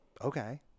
okay